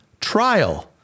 trial